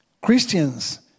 Christians